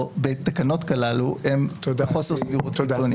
בתקנות כאלה הם חוסר סבירות קיצוני.